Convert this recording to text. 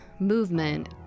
movement